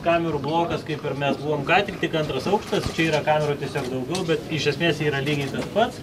kamerų blokas kaip ir mes buvom ką tik tik antras aukštas čia yra kamerų tiesiog daugiau bet iš esmės yra lygiai tas pats